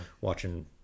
watching